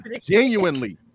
genuinely